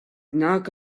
knock